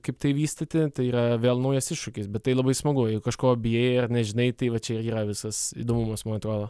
kaip tai vystyti tai yra vėl naujas iššūkis bet tai labai smagu jei kažko bijai ar nežinai tai va čia yra visas įdomumas man atrodo